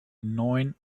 neun